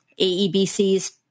AEBC's